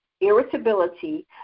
irritability